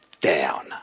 down